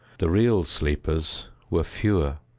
the real sleepers were fewer,